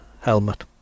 helmet